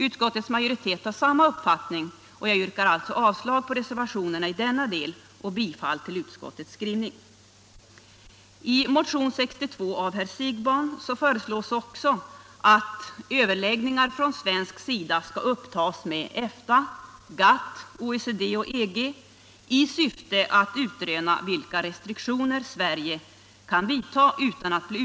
Utskottets majoritet har samma uppfattning, och jag yrkar alltså bifall till utskottets skrivning, innebärande avslag på reservationerna i denna del.